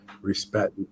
respect